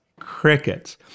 crickets